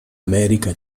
america